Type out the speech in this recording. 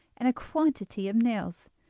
and a quantity of nails.